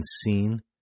seen